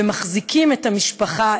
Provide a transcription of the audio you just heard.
ומחזיקים את המשפחה,